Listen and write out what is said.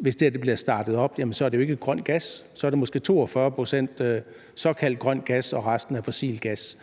hvis det her bliver startet op, er det jo ikke grøn gas. Så er det måske 42 pct. såkaldt grøn gas, og resten er fossil gas,